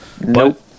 Nope